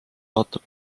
vaata